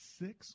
six